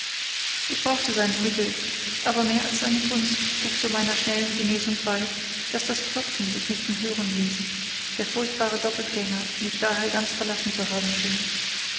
ich brauchte seine mittel aber mehr als seine kunst trug zu meiner schnellen genesung bei daß das klopfen sich nicht mehr hören ließ der furchtbare doppeltgänger mich daher ganz verlassen zu haben schien